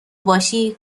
باشی